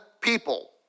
people